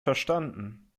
verstanden